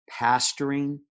pastoring